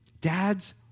Dads